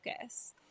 focus